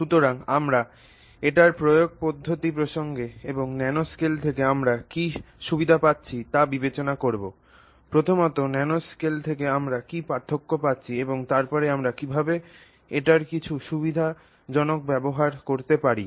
সুতরাং আমরা এটির প্রয়োগ পদ্ধতি প্রসঙ্গে এবং ন্যানোস্কেল থেকে আমরা কী কী সুবিধা পাচ্ছি তা বিবেচনা করব প্রথমত ন্যানোস্কেল থেকে আমরা কী পার্থক্য পাচ্ছি এবং তারপরে আমরা কীভাবে এটির কিছু সুবিধাজনক ব্যবহার করতে পারি